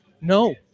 no